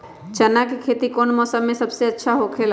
चाना के खेती कौन मौसम में सबसे अच्छा होखेला?